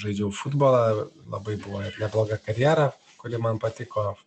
žaidžiau futbolą labai buvo nebloga karjera kuri man patiko